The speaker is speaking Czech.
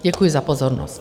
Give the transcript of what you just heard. Děkuji za pozornost.